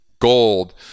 gold